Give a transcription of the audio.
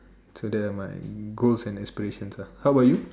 so there are my goals and aspirations ah how about you